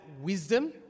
wisdom